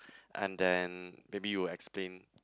and then maybe you explain